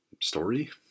Story